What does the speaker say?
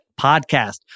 podcast